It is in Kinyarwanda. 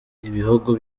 ibihugu